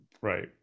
Right